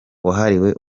wahariwe